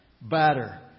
batter